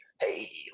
hey